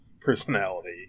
personality